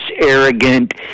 arrogant